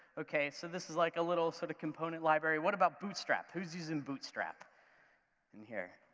okay, so this is like a little sort of component library. what about bootstrap, who is using bootstrap in here?